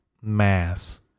mass